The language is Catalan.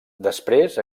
després